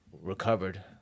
recovered